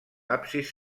absis